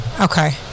okay